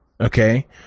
okay